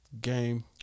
Game